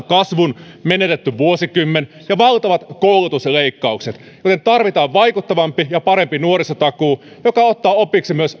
kasvun menetetty vuosikymmen ja valtavat koulutusleikkaukset joten tarvitaan vaikuttavampi ja parempi nuorisotakuu joka ottaa opiksi myös